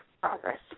progress